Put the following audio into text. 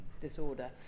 disorder